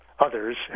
Others